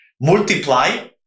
Multiply